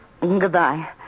Goodbye